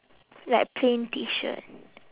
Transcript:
like plain T shirt